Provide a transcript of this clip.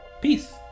Peace